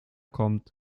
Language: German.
kommt